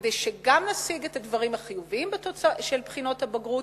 כדי שנשיג את הדברים החיוביים של בחינות הבגרות